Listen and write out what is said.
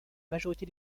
majorité